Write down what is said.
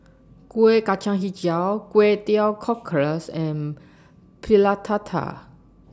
Kueh Kacang Hijau Kway Teow Cockles and Pulut Tatal